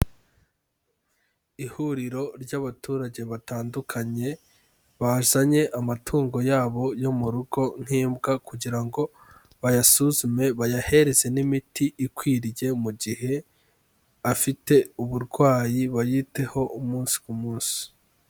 Ihuriro ry'abaturage batandukanye, bazanye amatungo yabo yo mu rugo nk'imbwa kugira ngo bayasuzume bayahereze n'imiti ikwiriye, mu gihe afite uburwayi bayiteho umunsi ku munsi.